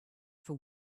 for